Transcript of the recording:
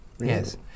Yes